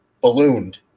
Ballooned